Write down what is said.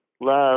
love